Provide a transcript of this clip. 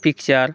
picture